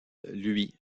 lui